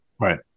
Right